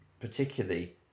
particularly